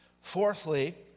Fourthly